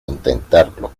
intentarlo